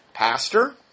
Pastor